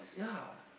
ya